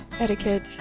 etiquette